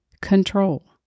control